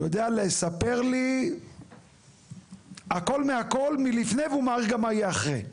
הוא יודע לספר לי הכול מהכול מלפני והוא מעריך גם מה יהיה אחרי.